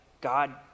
God